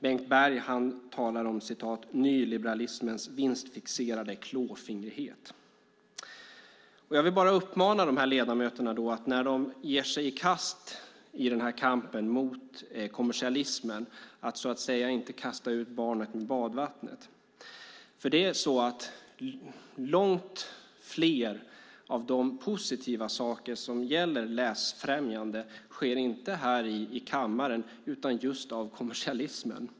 Bengt Berg talar om "nyliberalismens vinstfixerade klåfingrighet". Jag vill uppmana dessa ledamöter när de ger sig i kast med kampen mot kommersialismen att inte kasta ut barnet med badvattnet. Långt fler av de positiva saker som gäller läsfrämjande sker inte här i kammaren utan just genom kommersialismen.